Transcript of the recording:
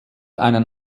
einen